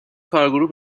کارگروه